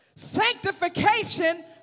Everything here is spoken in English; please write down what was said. Sanctification